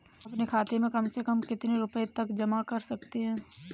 हम अपने खाते में कम से कम कितने रुपये तक जमा कर सकते हैं?